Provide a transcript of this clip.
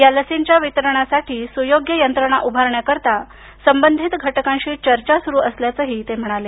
या लसींच्या वितरणासाठी सुयोग्य यंत्रणा उभारण्याकरता संबधित घटकांशी चर्चा सुरू असल्याच ते म्हणाले